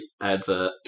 advert